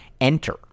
enter